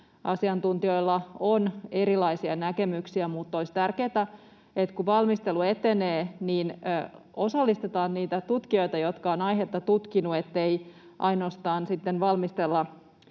Asiantuntijoilla on erilaisia näkemyksiä, mutta olisi tärkeätä, että kun valmistelu etenee, osallistetaan niitä tutkijoita, jotka ovat aihetta tutkineet, niin ettei ainoastaan sitten valmistella